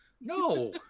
No